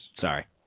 Sorry